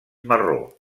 marró